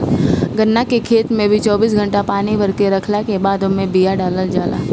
गन्ना के खेत के भी चौबीस घंटा पानी भरके रखला के बादे ओमे बिया डालल जाला